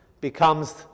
becomes